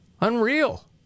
Unreal